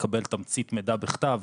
מקבל תמצית מידע בכתב